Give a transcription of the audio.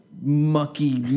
mucky